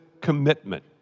commitment